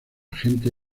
gente